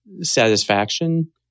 satisfaction